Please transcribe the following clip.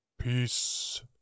Peace